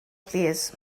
plîs